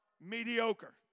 mediocre